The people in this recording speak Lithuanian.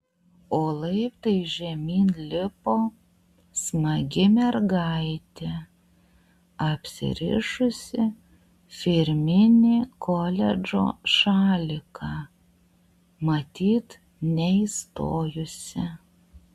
o laiptais žemyn lipo smagi mergaitė apsirišusi firminį koledžo šaliką matyt neįstojusi